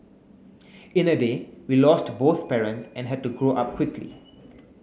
in a day we lost both parents and had to grow up quickly